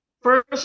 First